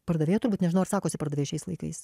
pardavėja turbūt nežinau ar sakosi pardavėja šiais laikais